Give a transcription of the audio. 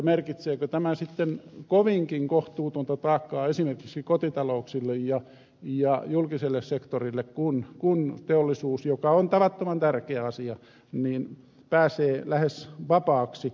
merkitseekö tämä sitten kovinkin kohtuutonta taakkaa esimerkiksi kotitalouksille ja julkiselle sektorille kun teollisuus joka on tavattoman tärkeä asia pääsee lähes vapaaksi